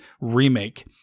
remake